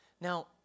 Now